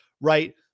right